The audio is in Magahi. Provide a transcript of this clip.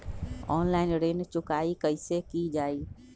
ऑनलाइन ऋण चुकाई कईसे की ञाई?